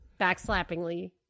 backslappingly